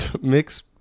mix